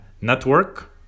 network